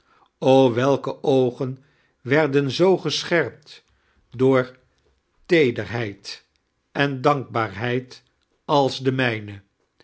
welke oogen wetnden zoo geecheirpt door teederheid en danfcibaarfieid als de mijne